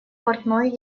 портной